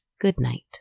goodnight